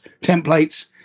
templates